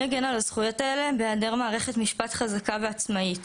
מי יגן על הזכויות האלה בהיעדר מערכת משפט חזקה ועצמאית?